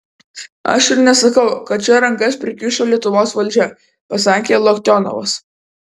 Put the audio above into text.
aš ir nesakau kad čia rankas prikišo lietuvos valdžia pasakė loktionovas